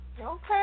Okay